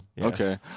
okay